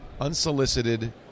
Unsolicited